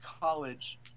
college